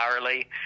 hourly